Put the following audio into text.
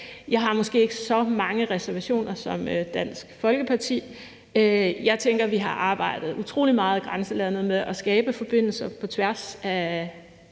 Jeg har måske ikke så mange reservationer som Dansk Folkeparti. Jeg tænker, at vi har arbejdet utrolig meget i grænselandet med at skabe forbindelser på tværs af